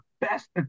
best